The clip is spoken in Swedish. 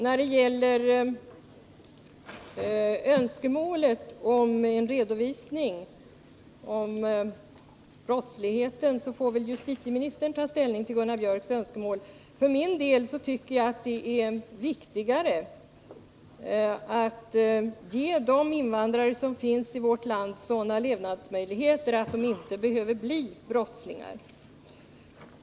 När det gäller önskemålet om en redovisning av brottsligheten får väl justitieministern ta ställning till Gunnar Biörcks önskemål. För min del tycker jag att det är viktigare att ge de invandrare som finns i vårt land sådana levnadsmöjligheter att de inte behöver bli brottslingar.